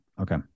Okay